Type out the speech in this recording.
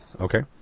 Okay